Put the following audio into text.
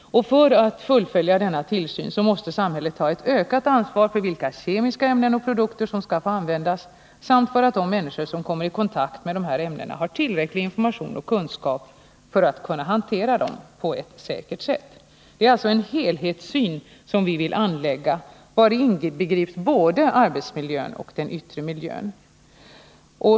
Och för att fullfölja denna tillsyn måste samhället ta ett ökat ansvar för vilka kemiska ämnen och produkter som skall få användas samt för att de människor som kommer i kontakt med de här ämnena har tillräcklig information och kunskap för att kunna hantera dem på ett säkert sätt. Det är alltså en helhetssyn som vi vill anlägga, vari inbegrips både arbetsmiljön och den yttre miljön.